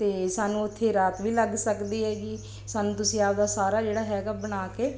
ਅਤੇ ਸਾਨੂੰ ਉੱਥੇ ਰਾਤ ਵੀ ਲੱਗ ਸਕਦੀ ਹੈਗੀ ਸਾਨੂੰ ਤੁਸੀਂ ਆਪਣਾ ਸਾਰਾ ਜਿਹੜਾ ਹੈਗਾ ਬਣਾ ਕੇ